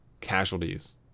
casualties